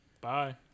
Bye